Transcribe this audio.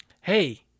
hey